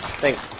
Thanks